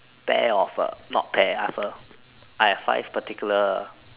pair of a not pair I have a I have five particular